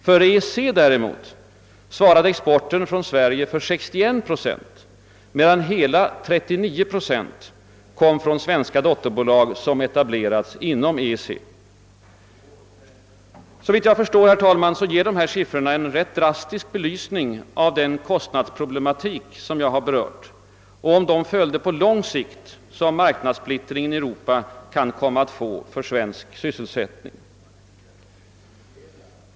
För EEC däremot svarade exporten från Sverige för 61 procent, medan hela 39 procent kom från svenska dotterbolag som etablerats inom EEC. Såvitt jag förstår, herr talman, ger dessa siffror en rätt drastisk belysning av den kostnadsproblematik som jag har berört och om de följder på lång sikt som marknadssplittringen i Europa kan komma att få för svensk sysselsättning.